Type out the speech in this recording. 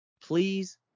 Please